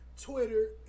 Twitter